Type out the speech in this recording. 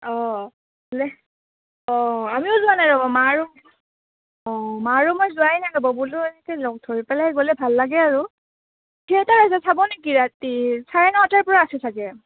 অঁ অঁ আমিও যোৱা নাই ৰ'ব মা আৰু অঁ মা আৰু মই যোৱাই নাই ৰ'ব গ'লেও এনেকৈ লগ ধৰি পেলাই গ'লে ভাল লাগে আৰু থিয়েটাৰ আছে চাব নেকি ৰাতি চাৰে নটাৰ পৰা আছে চাগে